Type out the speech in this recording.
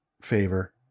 favor